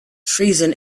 treason